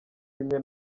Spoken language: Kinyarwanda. rimwe